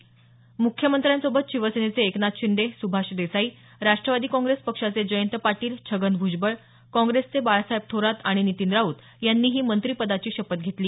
म्ख्यमंत्र्यांसोबत शिवसेनेचे एकनाथ शिंदे सुभाष देसाई राष्ट्रवादी काँग्रेस पक्षाचे जयंत पाटील छगन भ्जबळ काँग्रेसचे बाळासाहेब थोरात आणि नितीन राऊत यांनीही मंत्रीपदाची शपथ घेतली